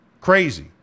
Crazy